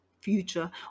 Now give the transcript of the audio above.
future